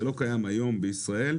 זה לא קיים היום בישראל,